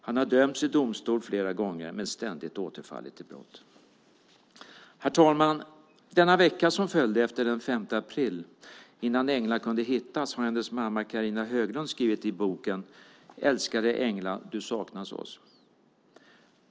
Han har dömts i domstol flera gånger men ständigt återfallit i brott. Herr talman! Den vecka som följde efter den 5 april och innan Engla kunde hittas har hennes mamma Carina Höglund skrivit om i boken Älskade Engla du saknas oss.